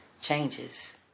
changes